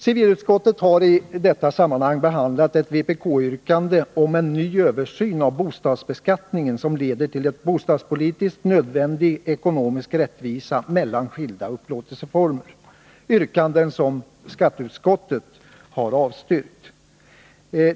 Civilutskottet har i detta sammanhang behandlat ett vpk-yrkande om en ny översyn av bostadsbeskattningen, som leder till en bostadspolitiskt nödvändig ekonomisk rättvisa mellan skilda upplåtelseformer. Detta yrkande har skatteutskottet avstyrkt.